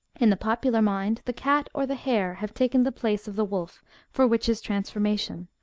in the popular mind the cat or the hare have taken the place of the wolf for witches' transformation,